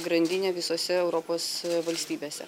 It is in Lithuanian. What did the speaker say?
grandinė visose europos valstybėse